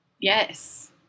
Yes